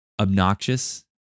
obnoxious